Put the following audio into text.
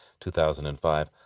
2005